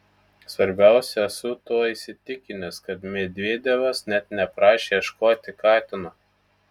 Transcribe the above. svarbiausia esu tuo įsitikinęs kad medvedevas net neprašė ieškoti katino